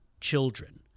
children